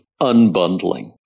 unbundling